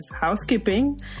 housekeeping